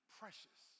precious